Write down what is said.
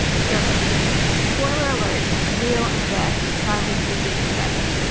so spoiler alert. real. and beth, finally do get together